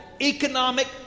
economic